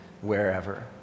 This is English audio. wherever